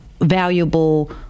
valuable